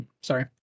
Sorry